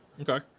Okay